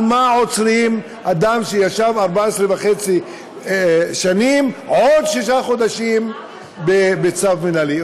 על מה עוצרים אדם שישב 14 שנים וחצי עוד שישה חודשים בצו מינהלי?